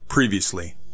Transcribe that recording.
Previously